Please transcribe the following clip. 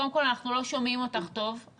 קודם כל אנחנו לא שומעים אותך טוב.